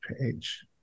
page